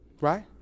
Right